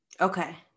Okay